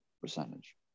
Percentage